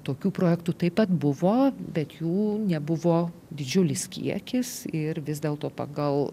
tokių projektų taip pat buvo bet jų nebuvo didžiulis kiekis ir vis dėlto pagal